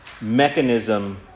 mechanism